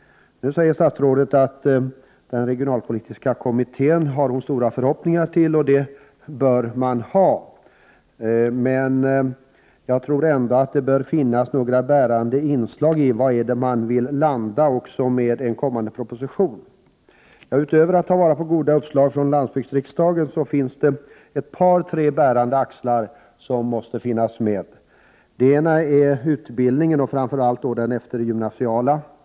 Statsrådet säger vidare att hon ställer stora förhoppningar till den regionalpolitiska kommittén. Det bör man göra. Men jag tror ändå att det bör finnas några bärande inslag i vad mån vill landa med en kommande proposition. Utöver att ta vara på goda uppslag från landsbygdsriksdagen finns det några bärande axlar som måste finnas med. För det första är det utbildningen, framför allt den eftergymnasiala utbildningen.